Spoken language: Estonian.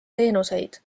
teenuseid